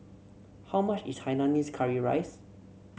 how much is Hainanese Curry Rice